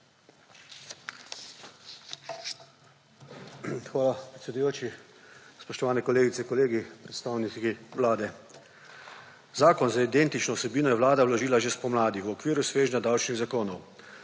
Hvala, predsedujoči. Spoštovani kolegice, kolegi, predstavniki Vlade! Zakon z identično vsebino je Vlada vložil že spomladi, v okviru svežnja davčnih zakonov.